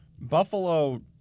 Buffalo